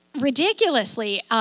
ridiculously